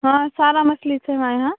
हाँ सारा मछली छै हमरा इहाँ